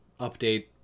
update